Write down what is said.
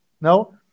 no